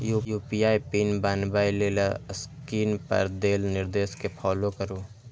UPI PIN बनबै लेल screen पर देल निर्देश कें फॉलो करू